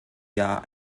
jahr